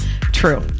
True